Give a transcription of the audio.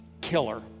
killer